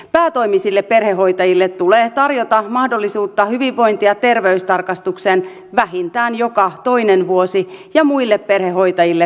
päätoimisille perhehoitajille tulee tarjota mahdollisuutta hyvinvointi ja terveystarkastukseen vähintään joka toinen vuosi ja muille perhehoitajille tarvittaessa